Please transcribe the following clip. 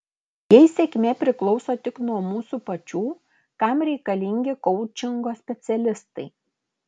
jei sėkmė priklauso tik nuo mūsų pačių kam reikalingi koučingo specialistai